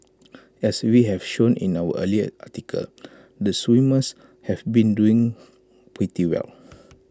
as we have shown in our earlier article the swimmers have been doing pretty well